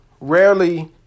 Rarely